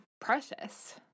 precious